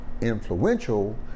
influential